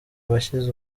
bashyize